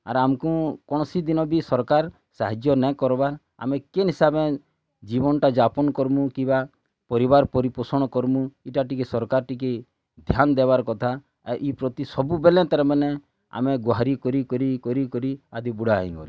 ଆର୍ ଆମକୁ କୌଣସି ଦିନ୍ ବି ସରକାର୍ ସାହାଯ୍ୟ ନାଇଁ କର୍ବା ଆମେ କେନ୍ ହିସାବେ ଜୀବନ୍ଟା ଯାପାନ୍ କରମୁଁ କିବା ପରିବାର୍ ପରି ପୋଷଣ କର୍ମୁଁ ଏଟା ଟିକେ ସରକାର୍ ଟିକେ ଧ୍ୟାନ୍ ଦେବାର୍ କଥା ଆଉ ଇ ପ୍ରତି ସବୁବେଲେ ତା'ର୍ ମାନେ ଆମେ ଗୁହାରି କରି କରି କରି କରି ଆଜି ବୁଢ଼ା ହୋଇଗଲୁନୁ